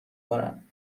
کند